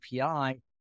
API